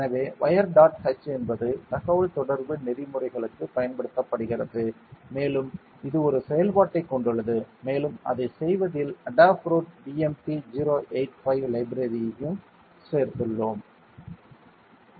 எனவே wire dot h என்பது தகவல்தொடர்பு நெறிமுறைகளுக்குப் பயன்படுத்தப்படுகிறது மேலும் இது ஒரு செயல்பாட்டைக் கொண்டுள்ளது மேலும் அதைச் செய்வதில் Adafruit BMP085 லைப்ரரி ஐயும் சேர்த்துள்ளோம்